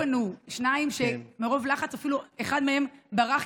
אבל אני חייבת להגיד שפנו אליי שניים שמרוב לחץ אחד מהם אפילו ברח,